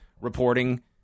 reporting